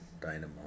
dynamo